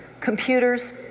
computers